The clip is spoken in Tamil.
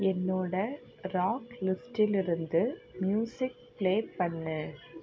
என்னோட ராக் லிஸ்டிலிருந்து மியூசிக் பிளே பண்ணு